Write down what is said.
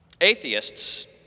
Atheists